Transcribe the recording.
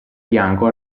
bianco